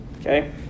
Okay